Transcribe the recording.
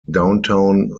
downtown